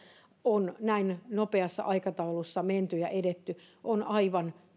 on näin nopeassa aikataulussa menty ja edetty on aivan